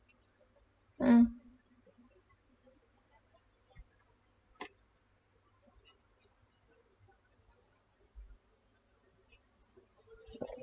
mm